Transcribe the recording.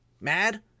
mad